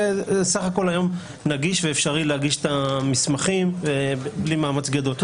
בסך הכול היום זה נגיש ואפשרי להגיש את המסמכים בלי מאמץ גדול.